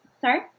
Sorry